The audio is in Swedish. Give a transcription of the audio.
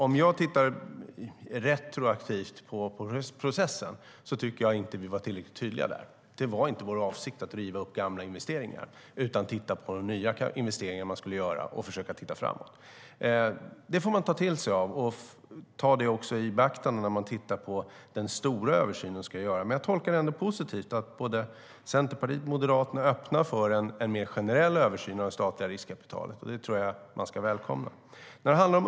Om jag ser på processen retroaktivt tycker jag att vi inte var tillräckligt tydliga. Det var inte vår avsikt att riva upp gamla investeringar, utan att titta på nya investeringar och försöka titta framåt. Det här får vi ta till oss och ta i beaktande i den stora översyn som vi ska göra. Men jag tolkar det ändå positivt att både Centerpartiet och Moderaterna är öppna för en mer generell översyn av det statliga riskkapitalet. Det välkomnar jag.